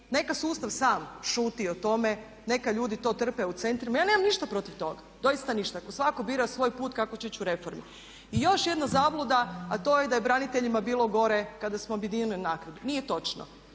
neka sustav sam šuti o tome, neka ljudi to trpe u centrima, ja nemam ništa protiv toga doista ništa, ako svako bira svoj put kako će ići u reformu. I još jedna zabluda, a to je da je braniteljima bilo gore kada smo objedinili naknadu. Nije točno,